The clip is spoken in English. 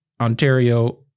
Ontario